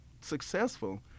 successful